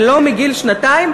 ולא מגיל שנתיים,